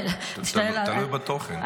תלוי בתוכן.